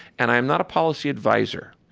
and i am not a policy advisor.